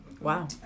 Wow